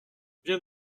viens